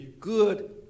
good